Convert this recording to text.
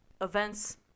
events